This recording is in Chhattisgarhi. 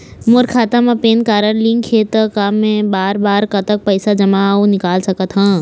मोर खाता मा पेन कारड लिंक हे ता एक बार मा कतक पैसा जमा अऊ निकाल सकथन?